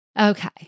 Okay